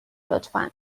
لطفا